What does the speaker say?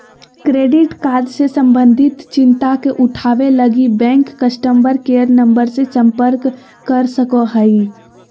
credit card से संबंधित चिंता के उठावैय लगी, बैंक कस्टमर केयर नम्बर से संपर्क कर सको हइ